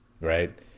right